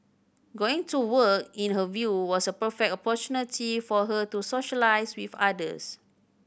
going to work in her view was a perfect opportunity for her to socialise with others